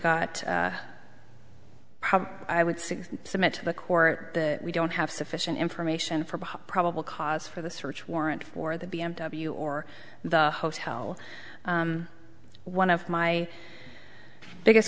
got i would say submit to the court that we don't have sufficient information for probable cause for the search warrant for the b m w or the hotel one of my biggest